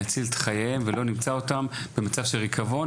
להציל את חייהם ולא להגיע למצב שבו נמצא אותם מתים במצב של ריקבון.